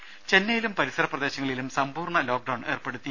രുമ ചെന്നൈയിലും പരിസര പ്രദേശങ്ങളിലും സമ്പൂർണ്ണ ലോക്ക്ഡൌൺ ഏർപ്പെടുത്തി